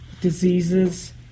diseases